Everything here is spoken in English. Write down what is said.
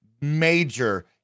major